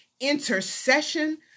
intercession